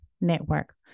network